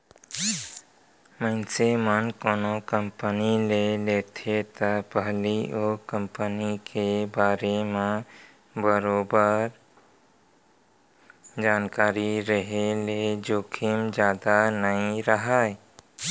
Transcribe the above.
मनसे मन कोनो कंपनी के लेथे त पहिली ओ कंपनी के बारे म बरोबर जानकारी रेहे ले जोखिम जादा नइ राहय